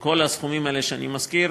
בכל הסכומים האלה שאני מזכיר